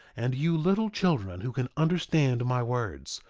and you little children who can understand my words,